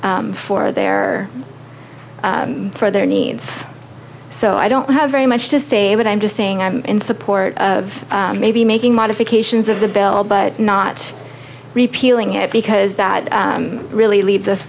for their for their needs so i don't have very much to say but i'm just saying i'm in support of maybe making modifications of the bell but not repealing it because that really leaves us